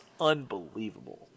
unbelievable